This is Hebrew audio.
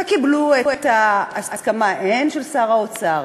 וקיבלו את ההסכמה הן של שר האוצר